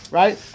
right